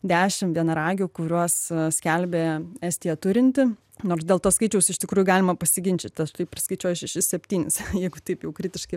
dešimt vienaragių kuriuos skelbia estija turinti nors dėl to skaičiaus iš tikrųjų galima pasiginčyti aš tai priskaičiuoju šešis septynis jeigu taip jau kritiškai